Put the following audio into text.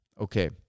Okay